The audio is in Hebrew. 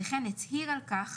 וכן, הצהיר על כך